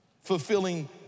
fulfilling